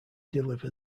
deliver